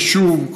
חשוב,